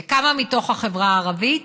וכמה מתוך החברה הערבית?